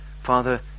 Father